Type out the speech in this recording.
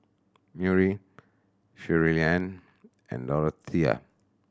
Murry Shirleyann and Doretha